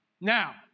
Now